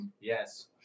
Yes